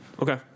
okay